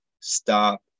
stop